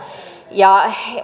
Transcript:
ja